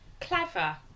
clever